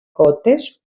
κότες